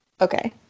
okay